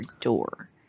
door